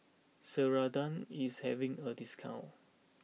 Ceradan is having a discount